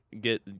get